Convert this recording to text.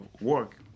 work